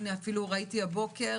ראיתי הבוקר